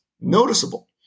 noticeable